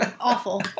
Awful